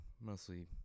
mostly